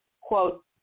quote